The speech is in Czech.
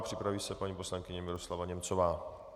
Připraví se paní poslankyně Miroslava Němcová.